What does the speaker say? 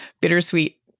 bittersweet